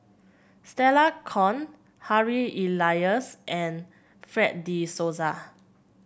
Stella Kon Harry Elias and Fred De Souza